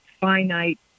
finite